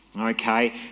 Okay